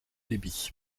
débit